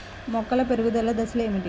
మొక్కల పెరుగుదల దశలు ఏమిటి?